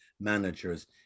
managers